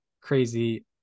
crazy